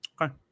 Okay